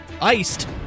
iced